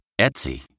Etsy